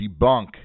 debunk